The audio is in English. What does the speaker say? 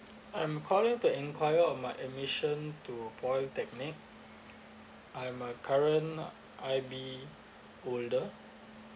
I'm calling to enquire on my admission to polytechnic I'm a current I_B holder